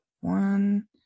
one